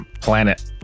Planet